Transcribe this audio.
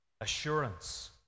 Assurance